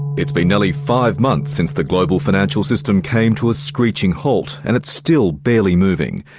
it's been nearly five months since the global financial system came to a screeching halt, and it's still barely moving.